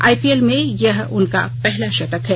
IPL में यह उनका पहला शतक है